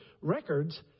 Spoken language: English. records